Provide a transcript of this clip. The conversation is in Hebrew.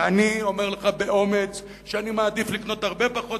ואני אומר לך באומץ שאני מעדיף לקנות הרבה פחות